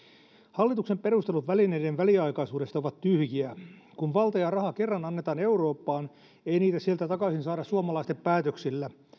hallituksen perustelut välineiden väliaikaisuudesta ovat tyhjiä kun valta ja raha kerran annetaan eurooppaan ei niitä sieltä takaisin saada suomalaisten päätöksillä